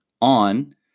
on